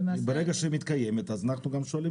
ברגע שמתקיימת כזו אז אנחנו גם שואלים